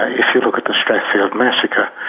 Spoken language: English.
ah if you look at the strathfield massacre,